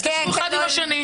אז תשבו אחד עם השני.